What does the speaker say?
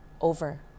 over